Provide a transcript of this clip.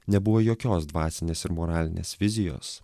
nebuvo jokios dvasinės ir moralinės vizijos